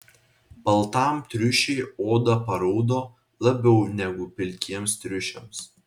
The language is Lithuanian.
baltam triušiui oda paraudo labiau negu pilkiems triušiams